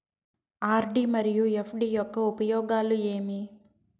RD మరియు FD యొక్క ఉపయోగాలు ఏమి?